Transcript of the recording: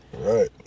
Right